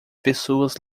pessoas